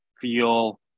feel